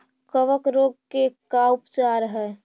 कबक रोग के का उपचार है?